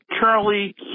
Charlie